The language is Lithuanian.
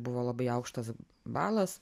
buvo labai aukštas balas